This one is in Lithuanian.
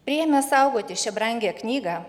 priėmė saugoti šią brangią knygą